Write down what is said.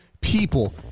people